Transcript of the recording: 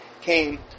came